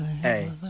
Hey